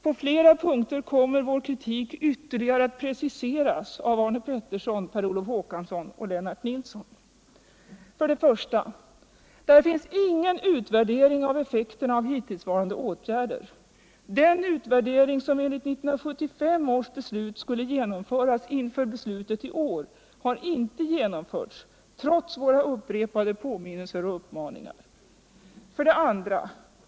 På flera punkter kommer vår kritik att ytterligare preciseras av Arne Pettersson, Per Olof Håkansson och Lennart Nilsson. 1. I propositionen finns ingen utvärdering av effekterna av hittillsvarande åtgärder. Enligt 1975 års beslut skulle en utvärdering genomföras inför beslutet i år. Men så har inte skett, trots våra upprepade påminnelser och uppmaningar. 2.